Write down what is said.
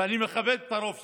ואני מכבד את הרוב שיש.